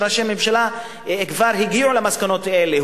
ראשי ממשלה כבר הגיעו למסקנות האלה,